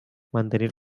mantenir